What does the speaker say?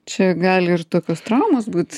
čia gali ir tokios traumos būt